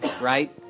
right